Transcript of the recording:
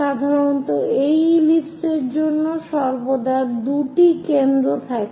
সাধারণত একটি ইলিপস এর জন্য সর্বদা 2টি কেন্দ্র থাকে